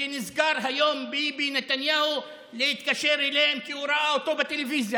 נזכר היום ביבי נתניהו להתקשר אליו כי הוא ראה אותו בטלוויזיה.